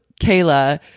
Kayla